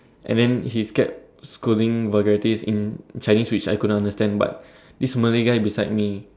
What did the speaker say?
and then he kept scolding vulgarities in Chinese which I couldn't understand but this Malay guy beside me